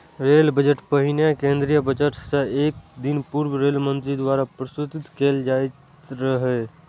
rail budget पहिने केंद्रीय budget सं एक दिन पूर्व रेल मंत्री द्वारा प्रस्तुत कैल जाइत रहै